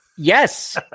Yes